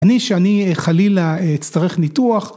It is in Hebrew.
אני שאני חלילה אצטרך ניתוח.